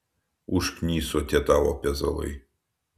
užkniso tie tavo pezalai